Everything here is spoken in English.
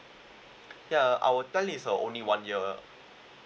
ya our plan is uh only one year